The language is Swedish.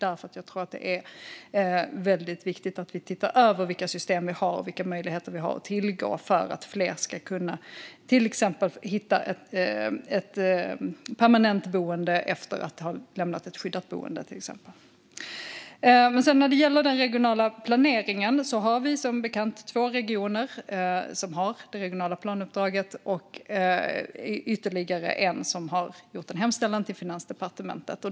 Jag tror att det är väldigt viktigt att vi tittar över vilka system vi har och vilka möjligheter vi har att tillgå för att fler till exempel ska kunna hitta ett permanent boende efter att ha lämnat ett skyddat boende. När det gäller den regionala planeringen har vi som bekant två regioner som har det regionala planuppdraget och ytterligare en som har gjort en hemställan till Finansdepartementet.